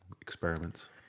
experiments